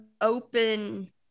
open